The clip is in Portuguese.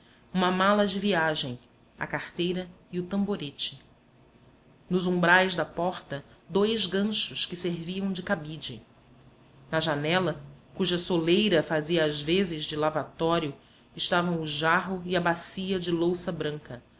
uma mala de viagem a carteira e o tamborete nos umbrais da porta dois ganchos que serviam de cabide na janela cuja soleira fazia às vezes de lavatório estavam o jarro e a bacia de louça branca